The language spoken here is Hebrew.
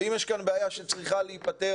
אם יש כאן בעיה שצריכה להיפתר